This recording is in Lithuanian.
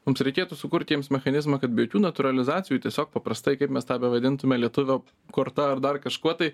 mums reikėtų sukurt jiems mechanizmą kad be jokių natūralizacijų tiesiog paprastai kaip mes tą bevadintume lietuvio korta ar dar kažkuo tai